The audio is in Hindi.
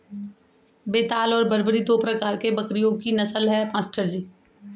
बेताल और बरबरी दो प्रकार के बकरियों की नस्ल है मास्टर जी